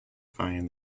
find